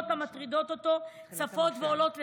המטרידות אותו צפות ועולות לסדר-היום.